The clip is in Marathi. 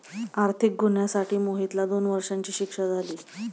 आर्थिक गुन्ह्यासाठी मोहितला दोन वर्षांची शिक्षा झाली